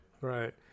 right